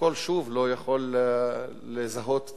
שהפרוטוקול לא יכול לזהות ציניות,